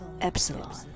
Epsilon